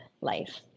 life